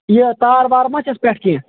یہِ تار وار ما چھَس پٮ۪ٹھٕ کیٚنٛہہ